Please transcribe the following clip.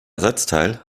ersatzteil